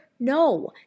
No